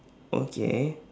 okay